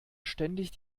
ständig